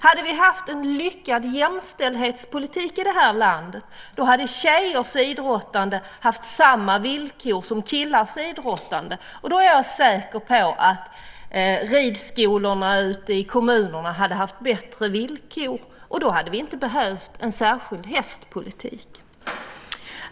Hade vi haft en lyckad jämställdhetspolitik i det här landet, då hade tjejers idrottande haft samma villkor som killars idrottande. Då är jag säker på att ridskolorna ute i kommunerna hade haft bättre villkor, och då hade vi inte behövt en särskild hästpolitik.